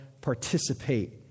participate